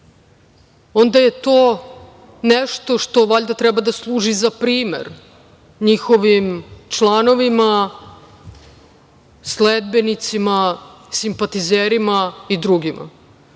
onda je to nešto što valjda treba da služi za primer njihovim članovima, sledbenicima, simpatizerima i drugima. Mislim